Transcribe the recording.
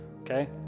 okay